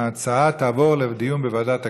ההצעה תעבור לדיון בוועדת הכספים.